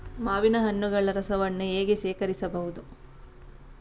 ಮಾವಿನ ಹಣ್ಣುಗಳ ರಸವನ್ನು ಹೇಗೆ ಶೇಖರಿಸಬಹುದು?